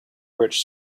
rich